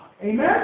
Amen